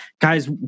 guys